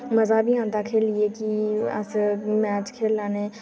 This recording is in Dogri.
मजा बी औंदा खेढियै कि ऐसे मैच खेढने